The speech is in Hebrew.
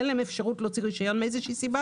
אין להם אפשרות להוציא רשיון מאיזו סיבה